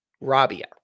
Rabia